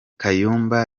kayumba